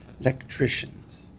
electricians